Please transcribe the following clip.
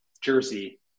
jersey